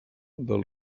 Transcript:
del